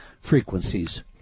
frequencies